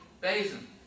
basin